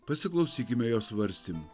pasiklausykime jo svarstymų